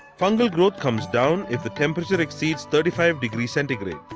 fungus growth comes down if the temperature exceeds thirty five centigrade.